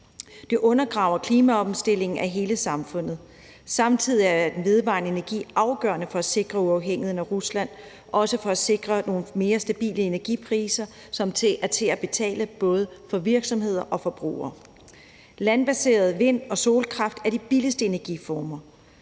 Det undergraver klimaomstillingen af hele samfundet. Samtidig er den vedvarende energi afgørende for at sikre uafhængigheden af Rusland og også for at sikre nogle mere stabile energipriser som er til at betale både for virksomheder og forbrugere. Landbaseret vind- og solkraft er de billigste energiformer.